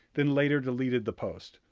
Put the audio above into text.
then later deleted the post.